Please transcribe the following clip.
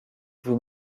vous